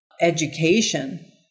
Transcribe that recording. education